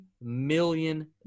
million